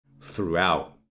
throughout